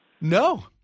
No